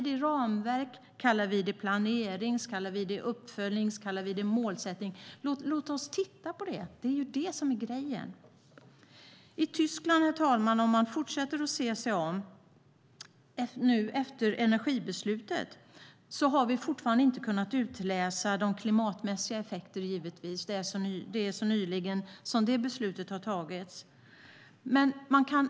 Vi kan kalla det ramverk, planering, uppföljning eller målsättning. Låt oss titta på det. Det är det som är grejen. Herr talman! Om vi fortsätter att se oss om kan vi se att vi givetvis inte ännu har kunnat utläsa de klimatmässiga effekterna efter energibeslutet i Tyskland. Det beslutet fattades ju nyligen.